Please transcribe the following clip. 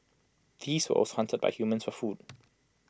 these also hunted by humans for food